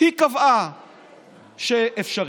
קבעה שאפשרי.